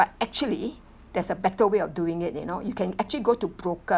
actually there's a better way of doing it you know you can actually go to broker